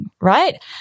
right